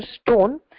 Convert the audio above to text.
stone